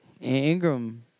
Ingram